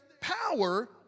power